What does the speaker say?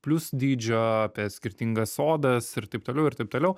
plius dydžio apie skirtingas odas ir taip toliau ir taip toliau